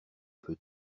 peu